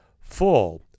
full